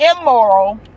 immoral